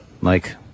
Mike